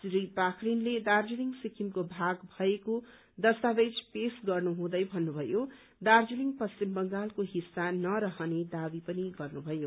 श्री पाक्रीनले दार्जीलिङ सिक्किमको भाग भएको दस्तावेज पेश गर्नुहुँदै भन्नुभयो दार्जीलिङ पश्चिम बंगालको हिस्सा नरहने दावी पनि गर्नुभयो